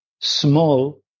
small